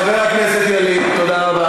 חבר הכנסת ילין, תודה רבה.